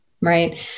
right